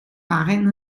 waren